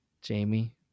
Jamie